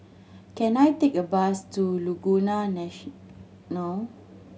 can I take a bus to Laguna National